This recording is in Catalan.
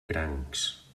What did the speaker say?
crancs